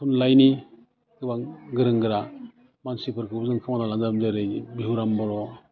थुनलाइनि गोबां गोरों गोरा मानसिफोरखौ जों खोमाना लानो गोनां जेरै बिहुराम बर'